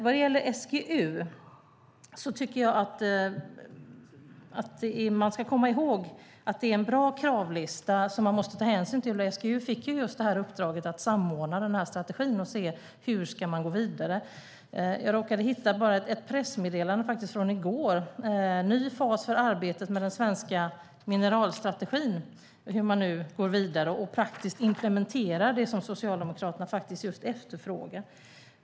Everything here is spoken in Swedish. Vad gäller SGU tycker jag att vi ska komma ihåg att det är en bra kravlista som man måste ta hänsyn till. SGU fick just uppdraget att samordna den här strategin och se hur man ska gå vidare. Jag råkade hitta ett pressmeddelande från i förrgår, "Ny fas för arbetet med den svenska mineralstrategin", om hur man nu går vidare och praktiskt implementerar det som Socialdemokraterna efterfrågar.